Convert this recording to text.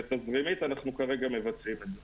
ואנחנו כרגע מבצעים את זה.